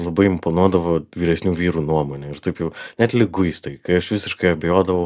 labai imponuodavo vyresnių vyrų nuomonė ir taip jau net liguistai kai aš visiškai abejodavau